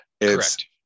Correct